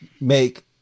make